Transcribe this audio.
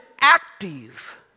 active